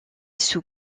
sur